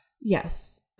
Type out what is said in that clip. Yes